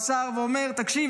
ואומרים: תקשיב,